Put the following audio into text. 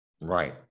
right